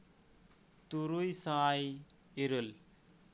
ᱛᱩᱨᱩᱭ ᱥᱟᱭ ᱤᱨᱟᱹᱞ